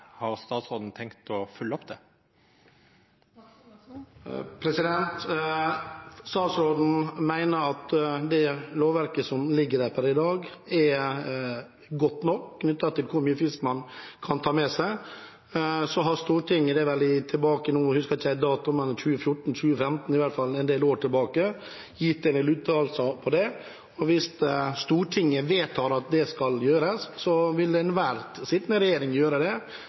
Har statsråden tenkt å følgja opp det? Statsråden mener at det lovverket som ligger der per i dag, er godt nok. Når det gjelder hvor mye fisk man kan ta med seg, har Stortinget – det var vel tilbake i 2014–2015, jeg husker ikke helt datoen, det er i hvert fall en del år tilbake – gitt en del uttalelser på det. Hvis Stortinget vedtar at det skal gjøres, vil enhver sittende regjering gjøre det,